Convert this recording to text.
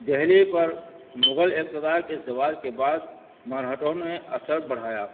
دہلی پر مغل اقتدار کے زوال کے بعد مرہٹوں نے اثر بڑھایا